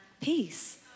peace